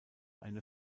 eine